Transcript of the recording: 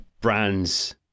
brands